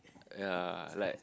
ya like